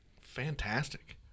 Fantastic